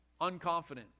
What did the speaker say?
unconfident